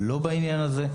לא בעניין הזה,